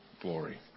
glory